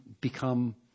become